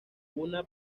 una